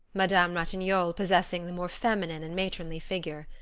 madame ratignolle possessing the more feminine and matronly figure.